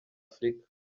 africa